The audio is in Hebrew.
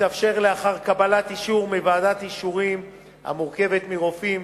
תתאפשר לאחר קבלת אישור מוועדת אישורים המורכבת מרופאים,